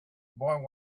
boy